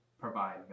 provide